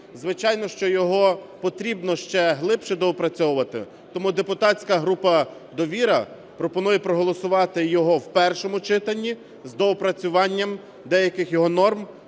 Звичайно, що його потрібно ще глибше доопрацьовувати. Тому депутатська група "Довіра" пропонує проголосувати його в першому читанні з доопрацюванням деяких його норм